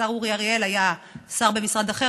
השר אורי אריאל היה שר במשרד אחר,